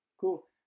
Cool